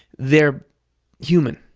they're human.